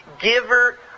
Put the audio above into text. giver